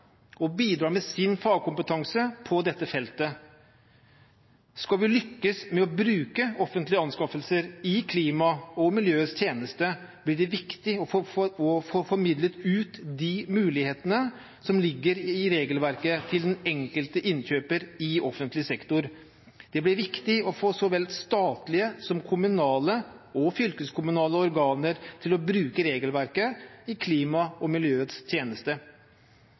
og bidrar med sin fagkompetanse på dette feltet. Skal vi lykkes med å bruke offentlige anskaffelser i klimaets og miljøets tjeneste, blir det viktig å få formidlet ut de mulighetene som ligger i regelverket til den enkelte innkjøper i offentlig sektor. Det blir viktig å få så vel statlige som kommunale og fylkeskommunale organer til å bruke regelverket i klimaets og miljøets tjeneste.